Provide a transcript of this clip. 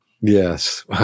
Yes